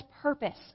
purpose